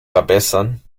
verbessern